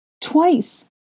Twice